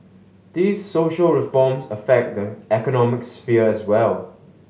these social reforms affect the economic sphere as well